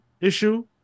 issue